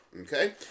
Okay